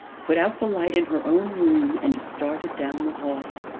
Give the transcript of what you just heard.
put out the light in her own room and started down the hall.